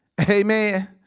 Amen